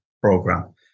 program